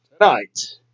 tonight